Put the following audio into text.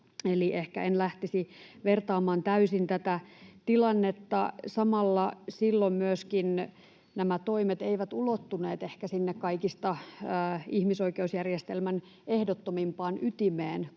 eli ehkä en lähtisi täysin vertaamaan tätä tilannetta siihen. Samalla silloin myöskään nämä toimet eivät ulottuneet ehkä sinne ihmisoikeusjärjestelmän kaikista ehdottomimpaan ytimeen,